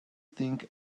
think